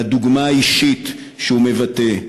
בדוגמה האישית שהוא מבטא,